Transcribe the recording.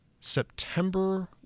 September